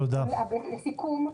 לסיכום,